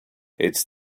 it’s